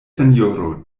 sinjoro